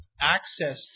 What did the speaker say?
access